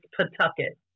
Pawtucket